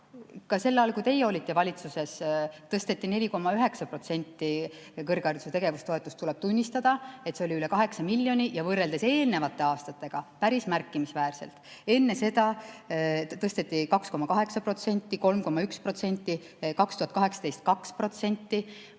Ka sel ajal, kui teie olite valitsuses, tõsteti 4,9% kõrghariduse tegevustoetust, tuleb tunnistada, et see oli üle 8 miljoni ja võrreldes eelnevate aastatega päris märkimisväärne. Enne seda tõsteti 2,8%, 3,1%, 2018.